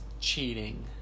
cheating